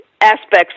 aspects